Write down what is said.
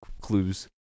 clues